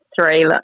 three